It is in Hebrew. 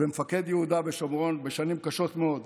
ומפקד יהודה ושומרון, בשנים קשות מאוד,